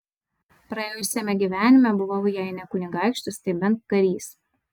praėjusiame gyvenime buvau jei ne kunigaikštis tai bent karys